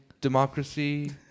democracy